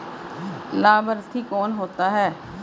लाभार्थी कौन होता है?